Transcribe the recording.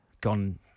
Gone